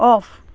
off